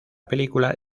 película